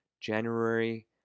January